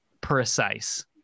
precise